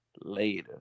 later